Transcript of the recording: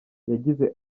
yagize